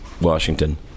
Washington